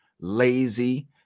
lazy